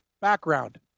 background